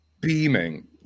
beaming